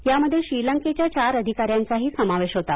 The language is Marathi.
यामध्ये श्रीलंकेच्या चार अधिकाऱ्यांचाही समावेश होता